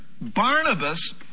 Barnabas